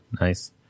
nice